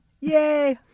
Yay